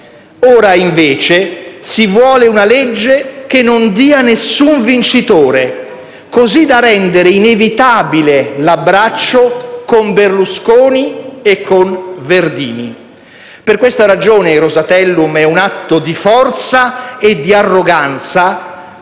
Ora, invece, si vuole una legge che non dia nessun vincitore, così da rendere inevitabile l'abbraccio con Berlusconi e Verdini. Per questa ragione, il Rosatellum è un atto di forza e di arroganza,